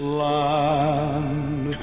land